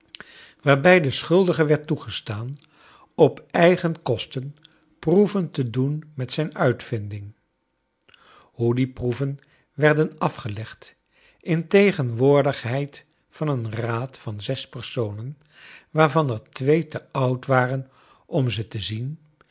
waarbij den schuldige werd toegestaan op eigen kosten proeven te doen met zijn uitvinding hoe die proeven werden afgelegd in tegenwoordigheid van een raad van zes personen waarvan er twee te oud waren om ze te zien